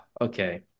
Okay